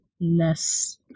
less